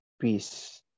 peace